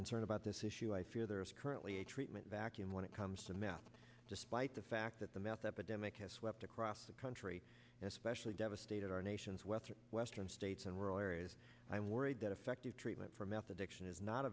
concerned about this issue i fear there is currently a treatment vacuum when it comes to meth despite the fact that the meth epidemic has swept across the country especially devastated our nation's west western states and were areas i'm worried that effective treatment for meth addiction is not